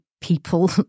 people